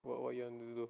what you want to do